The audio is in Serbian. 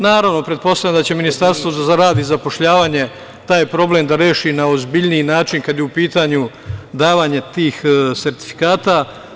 Naravno, pretpostavljam da će Ministarstvo za rad i zapošljavanje taj problem da reši na ozbiljniji način kad je u pitanju davanje tih sertifikata.